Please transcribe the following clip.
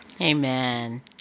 Amen